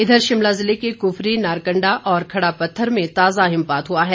इधर शिमला जिले के कुफरी नारकंडा और खड़ा पत्थर में ताजा हिमपात हुआ है